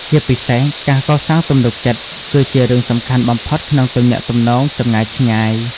ជាពិសេស ការកសាងទំនុកចិត្ត គឺជារឿងសំខាន់បំផុតក្នុងទំនាក់ទំនងចម្ងាយឆ្ងាយ។